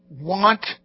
want